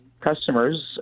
customers